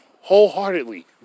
wholeheartedly